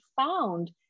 found